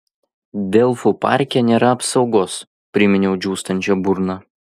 delfų parke nėra apsaugos priminiau džiūstančia burna